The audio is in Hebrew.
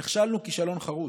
נכשלנו כישלון חרוץ.